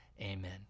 amen